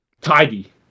tidy